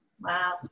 Wow